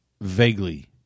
Vaguely